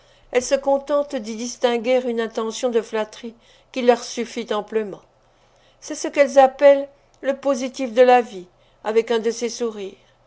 elles se contentent d'y distinguer une intention de flatterie qui leur suffit amplement c'est ce qu'elles appellent le positif de la vie avec un de ces sourires